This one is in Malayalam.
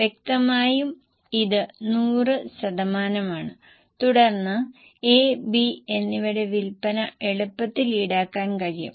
വ്യക്തമായും ഇത് 100 ശതമാനമാണ് തുടർന്ന് A B എന്നിവയുടെ വിൽപ്പന എളുപ്പത്തിൽ ഈടാക്കാൻ കഴിയും